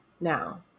now